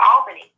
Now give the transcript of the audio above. Albany